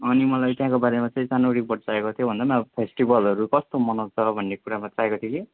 अनि मलाई त्यहाँको बारेमा चाहिँ सानो रिपोर्ट चाहिएको थियो भन्दा पनि अब फेस्टिभलहरू कस्तो मनाउँछ भन्ने कुरामा चाहिएको थियो कि